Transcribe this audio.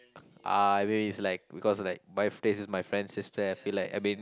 ah is like because like my fr~ this is my friend sister I feel like I mean